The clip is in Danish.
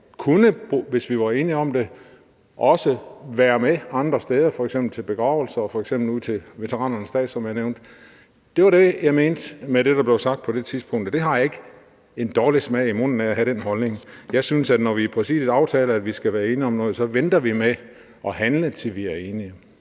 kunne, hvis vi var enige om det, være med andre steder, f.eks. til begravelser eller ude til veteranernes dag, som jeg nævnte. Det var det, jeg mente med det, der blev sagt på det tidspunkt, og jeg har ikke en dårlig smag i munden over at have den holdning. Jeg synes, at når vi i Præsidiet aftaler, at vi skal være enige om noget, så venter vi med at handle, til vi er enige.